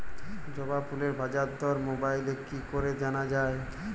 জবা ফুলের বাজার দর মোবাইলে কি করে জানা যায়?